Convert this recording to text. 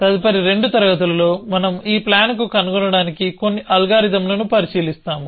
తదుపరి రెండు తరగతులలో మనం ఈ ప్లాన్ను కనుగొనడానికి కొన్ని అల్గారిథమ్లను పరిశీలిస్తాము